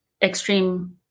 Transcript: extreme